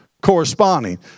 corresponding